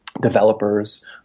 developers